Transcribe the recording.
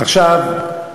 עכשיו,